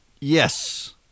Yes